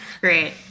great